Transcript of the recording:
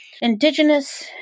Indigenous